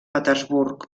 petersburg